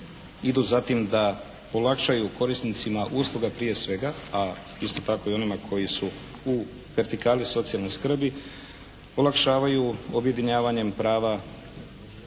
idu za tim da olakšaju korisnicima usluga prije svega, a isto tako onome koji su u vertikali socijalne skrbi olakšavaju objedinjavanjem prava